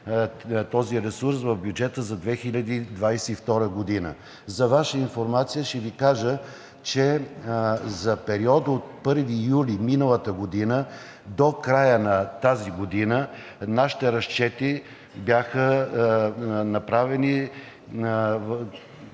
този ресурс в бюджета за 2022 г. За Ваша информация ще Ви кажа, че за периода от 1 юли миналата година до края на тази година нашите разчети бяха направени около